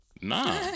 nah